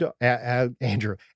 Andrew